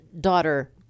daughter